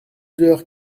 heures